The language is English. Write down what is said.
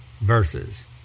verses